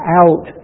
out